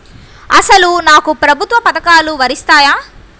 అసలు నాకు ప్రభుత్వ పథకాలు వర్తిస్తాయా?